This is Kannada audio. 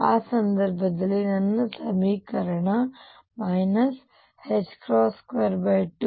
ಆ ಸಂದರ್ಭದಲ್ಲಿ ನನ್ನ ಸಮೀಕರಣ 22mu Ze24π0ruEu